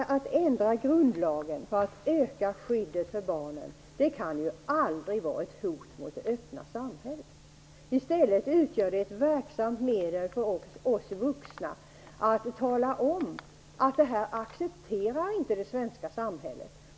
Men att ändra grundlagen för att öka skyddet för barn kan ju aldrig vara ett hot mot det öppna samhället! I stället utgör det ett verksamt medel för oss vuxna att kunna tala om att detta accepteras inte av det svenska samhället.